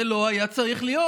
זה לא היה צריך להיות,